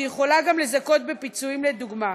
שיכולה גם לזכות בפיצויים, לדוגמה.